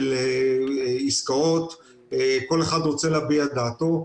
של עסקאות, כל אחד רוצה להביע את דעתו.